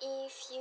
if you